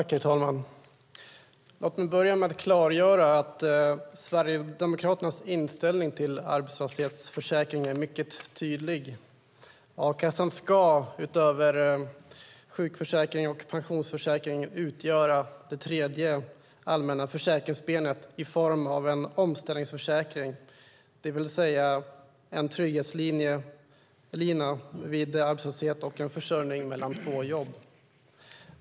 Herr talman! Låt mig börja med att klargöra att Sverigedemokraternas inställning till arbetslöshetsförsäkringen är mycket tydlig: A-kassan ska - utöver sjukförsäkringen och pensionsförsäkringen - utgöra det tredje allmänna försäkringsbenet i form av en omställningsförsäkring, det vill säga en trygghetslina vid arbetslöshet och en försörjning mellan två jobb.